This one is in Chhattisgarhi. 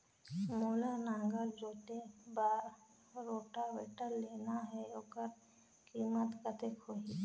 मोला नागर जोते बार रोटावेटर लेना हे ओकर कीमत कतेक होही?